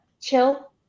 chill